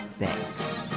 Thanks